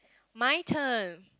my turn